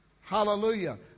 Hallelujah